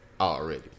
already